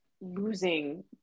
losing